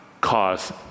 cause